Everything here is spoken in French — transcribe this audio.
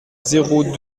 zéro